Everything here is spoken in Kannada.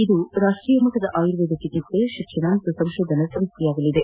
ಇದು ರಾಷ್ಷೀಯ ಮಟ್ಟದ ಆಯುರ್ವೇದ ಚಿಕಿತ್ಸೆ ಶಿಕ್ಷಣ ಮತ್ತು ಸಂಶೋಧನಾ ಸಂಸ್ವೆಯಾಗಲಿದೆ